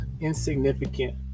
insignificant